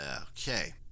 Okay